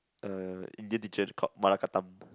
a Indian teacher to called Malakatham